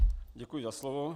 Děkuji za slovo.